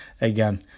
again